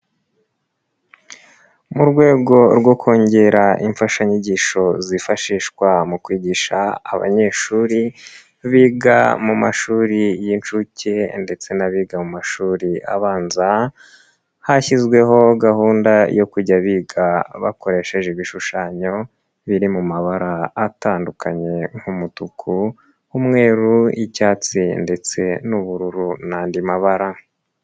Mu rwego rwo kongera imfashanyigisho zifashishwa mu kwigisha abanyeshuri biga mu mashuri y'inshuke ndetse n'abiga mu mashuri abanza, hashyizweho gahunda yo kujya biga bakoresheje ibishushanyo biri mu mabara atandukanye nk'umutuku, umweru, icyatsi ndetse n'ubururu n'andi mabara.